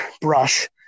brush